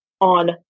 on